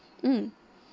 mm